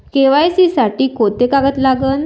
KYC साठी कोंते कागद लागन?